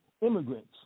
immigrants